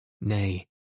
Nay